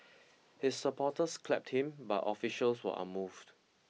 his supporters clapped him but officials were unmoved